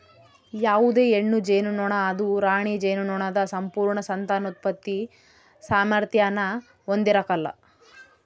ಯಾವುದೇ ಹೆಣ್ಣು ಜೇನುನೊಣ ಅದು ರಾಣಿ ಜೇನುನೊಣದ ಸಂಪೂರ್ಣ ಸಂತಾನೋತ್ಪತ್ತಿ ಸಾಮಾರ್ಥ್ಯಾನ ಹೊಂದಿರಕಲ್ಲ